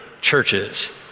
churches